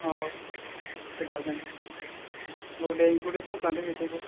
आ आव two thousand आव दे इनक्लुडेड खालामफादो बेखौबो